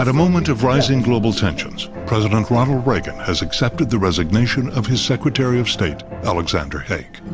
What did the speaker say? ah moment of rising global tensions, president ronald reagan has accepted the resignation of his secretary of state, alexander haig.